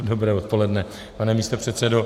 Dobré odpoledne, pane místopředsedo.